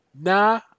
nah